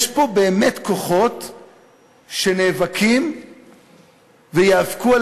יש פה באמת כוחות שנאבקים וייאבקו על